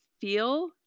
feel